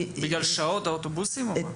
בגלל שעות האוטובוסים, או מה?